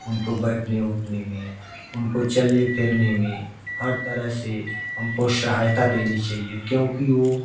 उनको बैठने उठने में उनको चलने फ़िरने में हर तरह से उनको सहायता देनी चाहिए क्योंकि वह